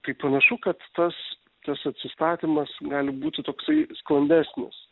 tai panašu kad tas tas atsistatymas gali būti toksai sklandesnis